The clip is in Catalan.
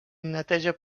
neteja